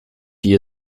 die